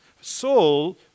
Saul